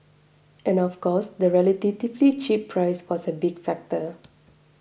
and of course the relatively cheap price was a big factor